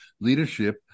leadership